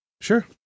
Sure